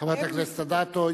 חברת הכנסת אדטו,